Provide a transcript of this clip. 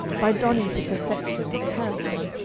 by donning to perfection the character,